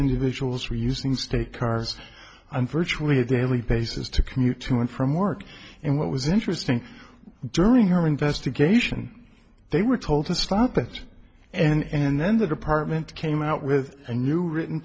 individuals were using state cars on virtually the only basis to commute to and from work and what was interesting during her investigation they were told to stop it and then the department came out with a new written